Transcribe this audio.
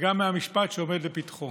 וגם מהמשפט שעומד לפתחו,